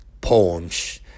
poems